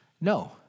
No